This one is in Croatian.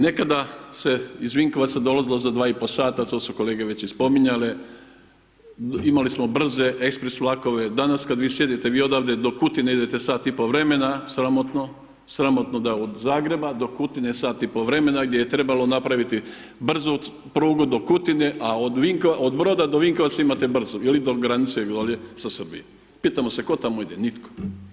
Nekada se iz Vinkovaca dolazilo za 2,5 sata to su kolege već i spominjale imali smo brze ekspres vlakove, danas kad vi sjedite vi odavde do Kutine idete sat i pol vremena, sramotno, sramotno da od Zagreba do Kutine sat i pol vremena gdje je trebalo napraviti brzu prugu do Kutine, a od Broda do Vinkovaca imate brzu ili do granice dolje sa Srbijom, pitamo se tko tamo ide, nitko.